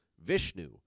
Vishnu